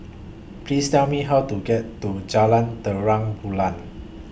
Please Tell Me How to get to Jalan Terang Bulan